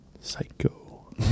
Psycho